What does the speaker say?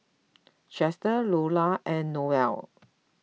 Chester Lola and Noel